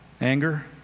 Anger